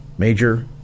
Major